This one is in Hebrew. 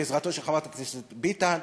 בעזרתו של חבר הכנסת ביטן,